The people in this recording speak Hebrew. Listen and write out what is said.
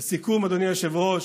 לסיכום, אדוני היושב-ראש,